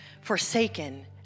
forsaken